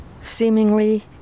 seemingly